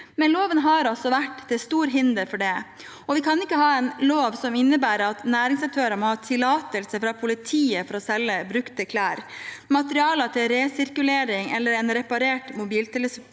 men loven har altså vært til stort hinder for det. Vi kan ikke ha en lov som innebærer at næringsaktører må ha tillatelse fra politiet for å selge brukte klær, materialer til resirkulering eller en reparert mobiltelefon,